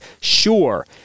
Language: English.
Sure